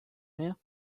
here